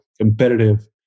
competitive